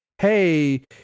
Hey